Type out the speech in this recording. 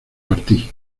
martí